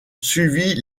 suivit